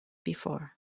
before